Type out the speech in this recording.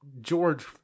George